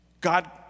God